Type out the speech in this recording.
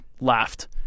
laughed